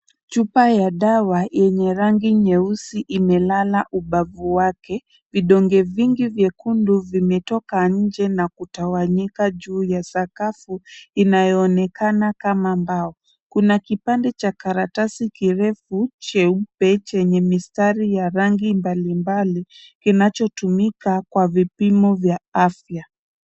Chupa ya dawa yenye rangi nyeusi imelala ubavu wake, vidonge vingi vyekundu vimetoka nje na kutawanyika juu ya sakafu inayoonekana kama mbao, kuna kipande cha karatasi kirefu cheupe chenye mistari ya rangi mbalimbali kinachotumika kwa vipimo vya afya.